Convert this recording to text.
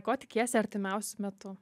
ko tikiesi artimiausiu metu